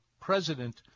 president